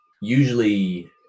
usually